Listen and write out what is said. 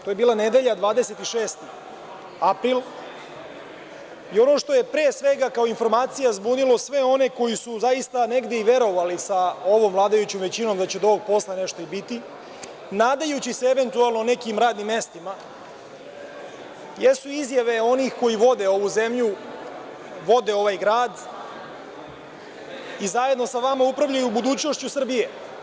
To je bila nedelja, 26. april i ono što je pre svega kao informacija zbunilo sve one koji su zaista negde i verovali sa ovom vladajućom većinom da će od ovog posla nešto i biti, nadajući se eventualno nekim radnim mestima, jesu izjave onih koji vode ovu zemlju, vode ovaj grad i zajedno sa vama upravljaju budućnošću Srbije.